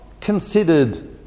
considered